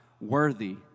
worthy